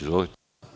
Izvolite.